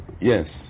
Yes